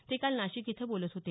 ते काल नाशिक इथं बोलत होते